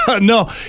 No